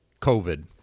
COVID